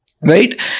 Right